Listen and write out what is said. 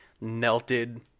melted